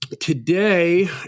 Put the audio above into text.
today